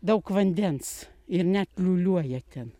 daug vandens ir net liūliuoja ten